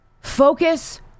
focus